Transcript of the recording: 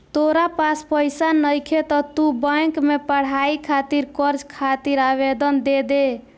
तोरा पास पइसा नइखे त तू बैंक में पढ़ाई खातिर कर्ज खातिर आवेदन दे दे